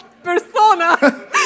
persona